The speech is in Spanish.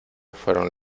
fueron